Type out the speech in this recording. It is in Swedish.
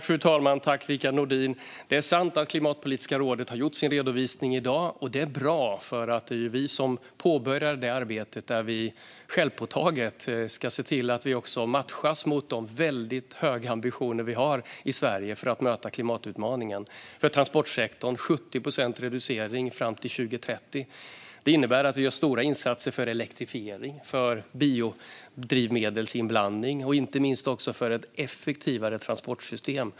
Fru talman! Tack, Rickard Nordin, för frågan! Det är sant att Klimatpolitiska rådet har lämnat sin redovisning i dag, och det är bra. Det var ju vi som påbörjade det arbetet, där vi självpåtaget ska se till att vi matchas med de väldigt höga ambitioner vi har i Sverige att möta klimatutmaningen - för transportsektorn 70 procent reducering fram till 2030. Det innebär att vi gör stora insatser för elektrifiering, för biodrivmedelsinblandning och inte minst också för ett effektivare transportsystem.